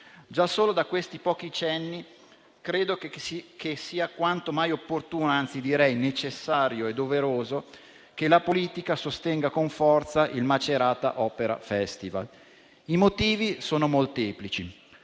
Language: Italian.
Già solo da questi pochi cenni, credo che sia quanto mai opportuno, anzi direi necessario e doveroso che la politica sostenga con forza il Macerata Opera Festival. I motivi sono molteplici: